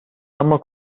اما